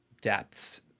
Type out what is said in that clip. depths